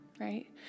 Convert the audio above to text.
right